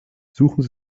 suchen